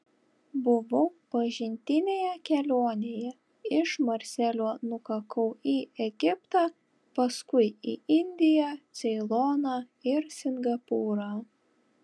buvau pažintinėje kelionėje iš marselio nukakau į egiptą paskui į indiją ceiloną ir singapūrą